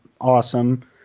awesome